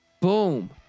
Boom